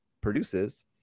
produces